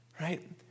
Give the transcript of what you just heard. right